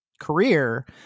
career